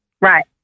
Right